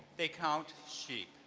they count sheep.